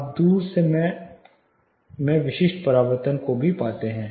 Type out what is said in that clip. आप दूर मैं देर से विशिष्ट परावर्तन को भी पाते हैं